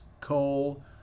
coal